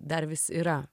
dar vis yra